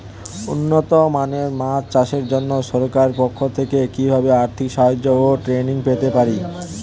উন্নত মানের মাছ চাষের জন্য সরকার পক্ষ থেকে কিভাবে আর্থিক সাহায্য ও ট্রেনিং পেতে পারি?